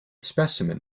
specimen